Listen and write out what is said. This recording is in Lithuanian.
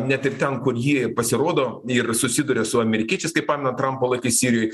net ir ten kur ji pasirodo ir susiduria su amerikiečiais kaip pamenat trampo laikas sirijoj